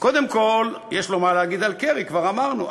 קודם כול יש לו מה להגיד על קרי, כבר אמרנו.